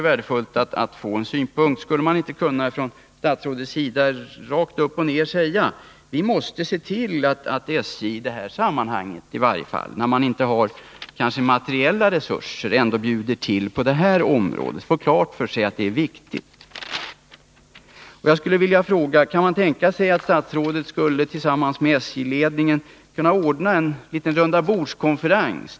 Skulle inte statsrådet rakt upp och ner kunna säga att vi måste se till att SJ, även om man i övrigt inte har materiella resurser, ändå bjuder till på detta viktiga område? Kan man tänka sig att statsrådet tillsammans med SJ-ledningen ordnar rundabordskonferens?